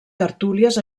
tertúlies